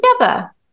together